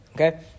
Okay